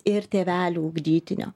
ir tėvelių ugdytinio